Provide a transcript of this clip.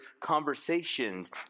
conversations